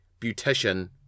beautician